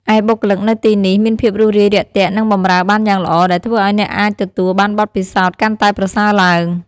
ឯបុគ្គលិកនៅទីនេះមានភាពរួសរាយរាក់ទាក់ និងបម្រើបានយ៉ាងល្អ ដែលធ្វើឱ្យអ្នកអាចទទួលបានបទពិសោធន៍កាន់តែប្រសើរឡើង។